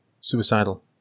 suicidal